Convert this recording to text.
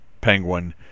Penguin